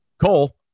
Cole